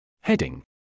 Heading